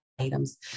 Items